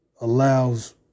allows